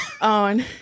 on